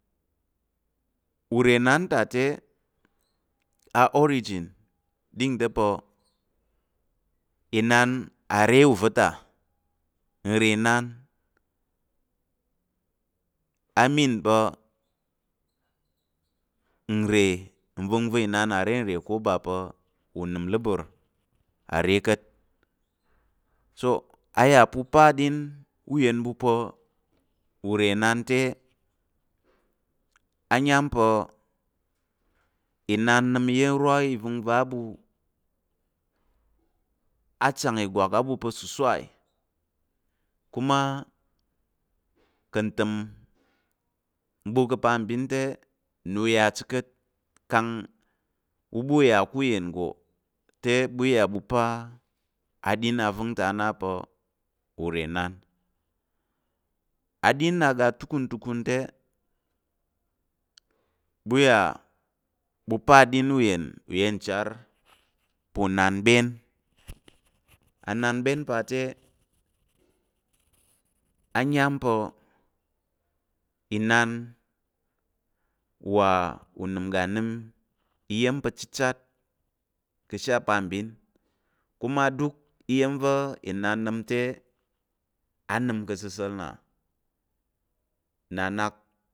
Urenan ta te, a origin din te pa̱ inan a re u va̱ ta nre inan a mean pa̱ nre nvəngva̱ inan. a re nre ko ba pa̱ unəmləbər a re ka̱t, toh a yà pa̱ u pa aɗin uyen pa̱ urenan te, a nyam pa̱ inan nəm iya̱m ro ivəngva á ɓu achang ìgwak á ɓu pa̱ susai kuma ka̱ ntəm ɓu ka̱ apabin te na u ya chi ka̱t kang u ɓa u yà ká̱ uyen nggo te ɓu iya ɓu pa aɗin ava̱ng ta á na pa̱ urenan, aɗin aga atukun tukun te ɓu iya pa uyen uyen char pa̱ unanbyen ananbyen pa te, ayam pa̱ inan uwa unəm uga nəm iya̱m pa̱ chichat ka̱ ashe apabin, kuma duk iya̱m va̱ inan nəm te, a nəm ka̱ asəsa̱l na nna nak.